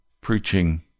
preaching